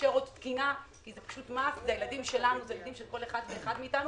ושתאפשר עוד תקינה כי זה פשוט הכרח לילדים של כל אחד ואחד מאיתנו.